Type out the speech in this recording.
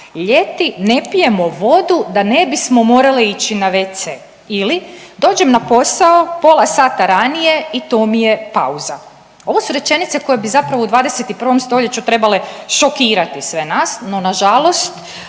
ljeti ne pijemo vodu da ne bismo morale ići na wc ili dođem na posao pola sata ranije i to mi je pauza. Ovo su rečenice koje bi zapravo u 21. stoljeću trebale šokirati sve nas, no nažalost